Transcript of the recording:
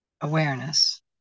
awareness